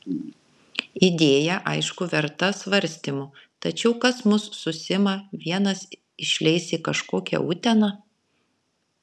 idėja aišku verta svarstymų tačiau kas mus su sima vienas išleis į kažkokią uteną